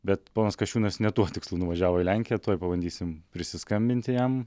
bet ponas kasčiūnas ne tuo tikslu nuvažiavo į lenkiją tuoj pabandysim prisiskambinti jam